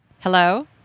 Hello